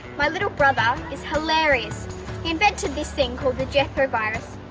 my little brother is hilarious. he invented this thing called the jester virus.